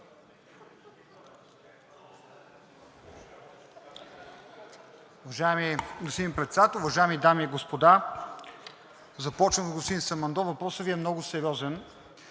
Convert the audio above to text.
въпросът Ви е много сериозен